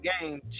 game